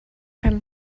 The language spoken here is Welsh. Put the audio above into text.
pen